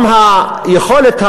גם היכולת,